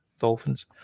Dolphins